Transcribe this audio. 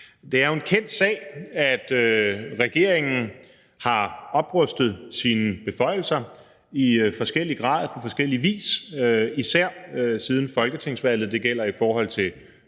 Det er jo en kendt sag, at regeringen har oprustet sine beføjelser i forskellig grad og på forskellig vis, især siden folketingsvalget. Det gælder i forhold til